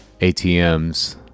ATMs